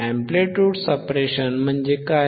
amplitude suppression म्हणजे काय